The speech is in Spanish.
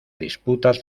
disputas